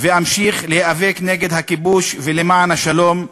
ואמשיך להיאבק נגד הכיבוש ולמען השלום,